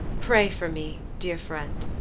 pray for me, dear friend.